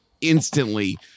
instantly